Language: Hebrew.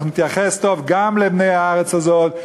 אנחנו נתייחס טוב גם לבני הארץ הזאת,